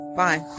Bye